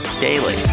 Daily